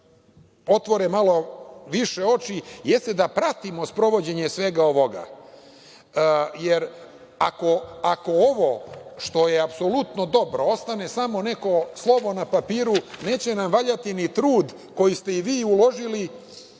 otvore malo više oči i da pratimo sprovođenje svega ovoga. Jer, ako ovo, što je apsolutno dobro, ostane samo neko slovo na papiru, neće nam valjati ni trud koji ste i vi uložili,